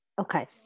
Okay